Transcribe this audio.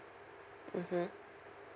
mmhmm